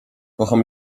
kocham